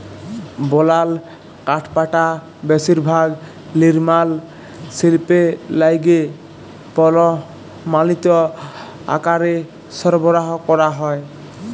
বলাল কাঠপাটা বেশিরভাগ লিরমাল শিল্পে লাইগে পরমালিত আকারে সরবরাহ ক্যরা হ্যয়